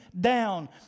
down